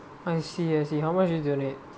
I see I see how much do you donate